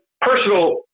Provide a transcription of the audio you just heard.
personal